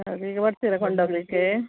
ಅದು ಈಗ ಬರ್ತೀರಾ ಕೊಂಡು ಹೋಗಲಿಕ್ಕೆ